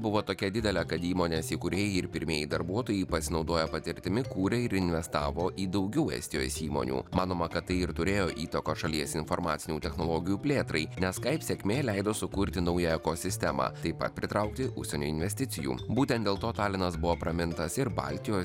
buvo tokia didelė kad įmonės įkūrėjai ir pirmieji darbuotojai pasinaudoję patirtimi kūrė ir investavo į daugiau estijos įmonių manoma kad tai ir turėjo įtakos šalies informacinių technologijų plėtrai nes skaip sėkmė leido sukurti naują ekosistemą taip pat pritraukti užsienio investicijų būtent dėl to talinas buvo pramintas ir baltijos